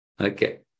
Okay